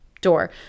door